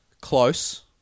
close